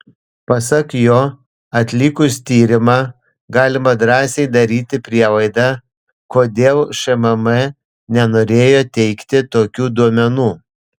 pasak jo atlikus tyrimą galima drąsiai daryti prielaidą kodėl šmm nenorėjo teikti tokių duomenų